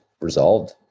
resolved